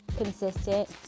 Consistent